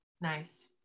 nice